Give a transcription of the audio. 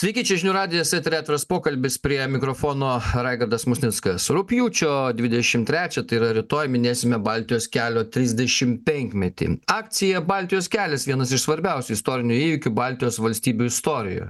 sveiki čia žinių radijas eteryje atviras pokalbis prie mikrofono raigardas musnickas rugpjūčio dvidešimt trečią tai yra rytoj minėsime baltijos kelio trisdešimt penkmetį akcija baltijos kelias vienas iš svarbiausių istorinių įvykių baltijos valstybių istorijoje